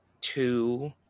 two